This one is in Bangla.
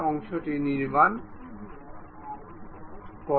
আসুন আমরা এটি পুনরায় পরীক্ষা করি